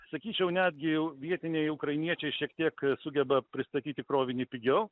sakyčiau netgi vietiniai ukrainiečiai šiek tiek sugeba pristatyti krovinį pigiau